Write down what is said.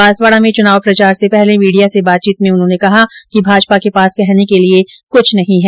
बांसवाडा में चुनाव प्रचार से पहले मीडिया से बातचीत में उन्होंने कहा कि भाजपा के पास कहने के लिये कुछ नहीं है